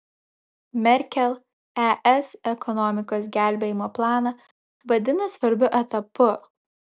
merkel es ekonomikos gelbėjimo planą vadina svarbiu etapu